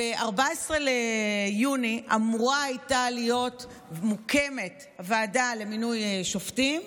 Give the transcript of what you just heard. ב-14 ביוני אמורה הייתה להיות מוקמת ועדה למינוי שופטים,